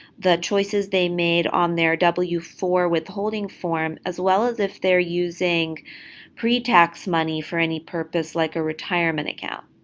the choices they made on their w four withholding form, as well as if they're using pre-tax money for any purpose like a retirement account.